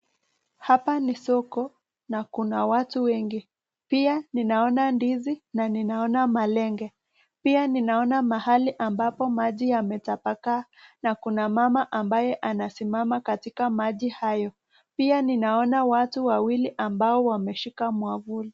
Hapa ni soko na kuna watu wengi. Pia ninaona ndizi na ninaona malenge. Pia ninaona mahali ambapo maji yametapakaa na kuna mama ambaye anasimama katika maji hayo. Pia ninaona watu wawili ambao wameshika mwavuli.